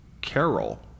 Carol